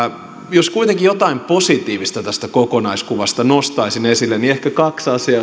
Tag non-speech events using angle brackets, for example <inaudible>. jos kuitenkin jotain positiivista tästä kokonaiskuvasta nostaisin esille niin ehkä kaksi asiaa <unintelligible>